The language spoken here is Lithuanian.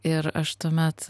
ir aš tuomet